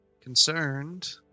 concerned